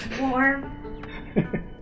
warm